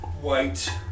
white